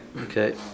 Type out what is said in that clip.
Okay